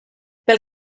pel